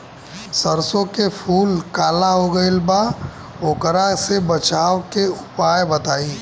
सरसों के फूल काला हो गएल बा वोकरा से बचाव के उपाय बताई?